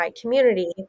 community